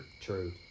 True